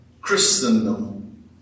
Christendom